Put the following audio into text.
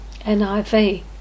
NIV